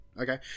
Okay